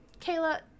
kayla